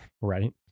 right